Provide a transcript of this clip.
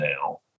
now